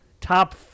Top